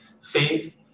faith